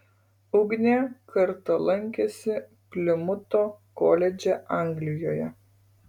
ugnė kartą lankėsi plimuto koledže anglijoje